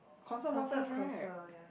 concert more close right